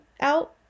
out